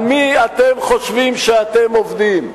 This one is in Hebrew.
על מי אתם חושבים שאתם עובדים?